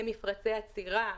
למפרצי עצירה,